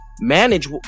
manage